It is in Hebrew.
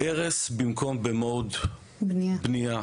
הרס במקום במוד בנייה,